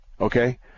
Okay